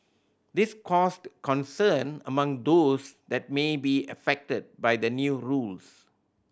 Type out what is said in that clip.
this caused concern among those that may be affected by the new rules